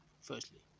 firstly